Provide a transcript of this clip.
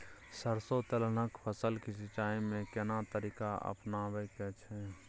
सरसो तेलहनक फसल के सिंचाई में केना तरीका अपनाबे के छै?